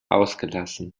ausgelassen